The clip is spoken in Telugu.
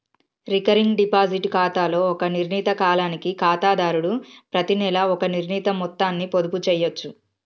రికరింగ్ డిపాజిట్ ఖాతాలో ఒక నిర్ణీత కాలానికి ఖాతాదారుడు ప్రతినెలా ఒక నిర్ణీత మొత్తాన్ని పొదుపు చేయచ్చు